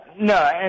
No